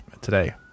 today